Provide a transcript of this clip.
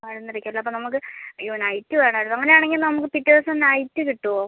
പതിനൊന്നരയ്ക്ക് അല്ലേ അപ്പം നമുക്ക് അയ്യോ നൈറ്റ് വേണമായിരുന്നു അങ്ങനെ ആണെങ്കിൽ നമുക്ക് പിറ്റേ ദിവസം നൈറ്റ് കിട്ടുവോ